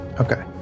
Okay